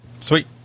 Sweet